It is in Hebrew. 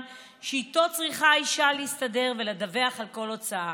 שאיתו צריכה האישה להסתדר ולדווח על כל הוצאה.